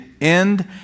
end